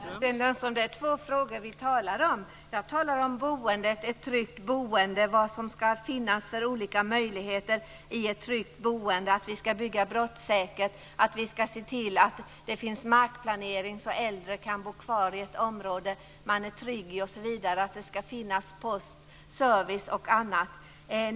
Fru talman! Sten Lundström! Det är två frågor som vi talar om. Jag talar om vilka olika möjligheter som ska finnas i ett tryggt boende. Vi ska bygga brottsäkert. Vi ska se till att det finns markplanering, så att äldre kan bo kvar i ett område som de är trygga i osv. Det ska finnas post, service och annat.